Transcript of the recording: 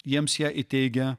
jiems ją įteigia